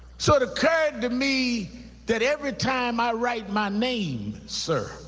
so it occurred to me that every time i write my name, sir